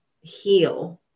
heal